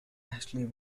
ashley